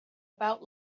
about